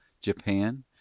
Japan